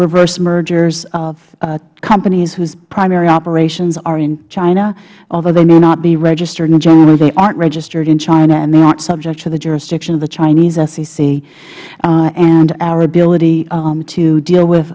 reverse mergers of companies whose primary operations are in china although they may not be registered and generally they aren't registered in china and they aren't subject to the jurisdiction of the chinese sec and our ability to deal